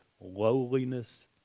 lowliness